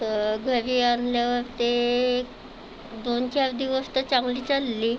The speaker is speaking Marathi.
तर घरी आणल्यावर ते दोन चार दिवस तर चांगली चालली